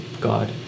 God